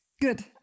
Good